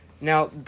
Now